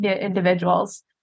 individuals